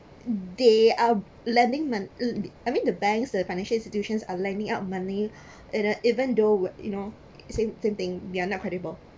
they are lending mon~ l~ I mean the banks uh financial institutions are lending out money and uh even though were you know same same thing they're not credible